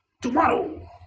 tomorrow